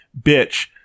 Bitch